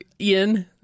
Ian